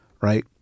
Right